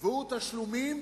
הוא תשלומים